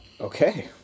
Okay